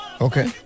Okay